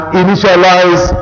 initialize